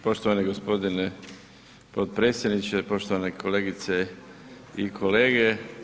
Poštovani gospodine potpredsjedniče, poštovane kolegice i kolege.